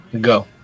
go